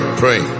pray